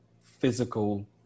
physical